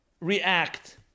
react